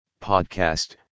podcast